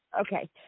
Okay